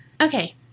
Okay